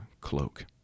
cloak